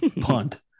punt